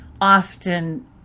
often